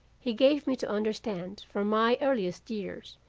he gave me to understand from my earliest years,